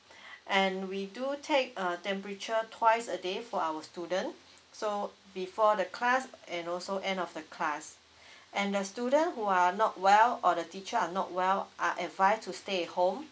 and we do take a temperature twice a day for our student so before the class and also end of the class and the student who are not well or the teacher are not well are advise to stay at home